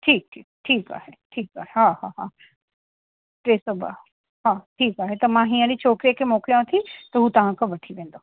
ठीकु ठीकु ठीकु आहे ठीकु आहे हा हा हा टे सौ ॿ हा ठीकु आहे त मां हींअर ई छोकिरे खे मोकिलियां थी त हू तव्हां खां वठी वेंदो